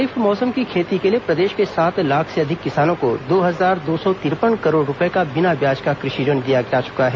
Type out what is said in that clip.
खरीफ मौसम की खेती के लिए प्रदेश के सात लाख से अधिक किसानों को दो हजार दो सौ तिरपन करोड़ रूपये का बिना ब्याज का कृषि ऋण दिया जा चुका है